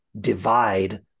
divide